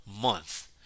month